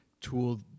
tool